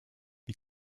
wie